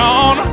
on